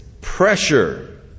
pressure